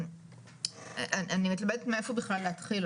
אני מתלבטת מאיפה בכלל להתחיל.